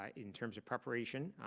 um in terms of preparation,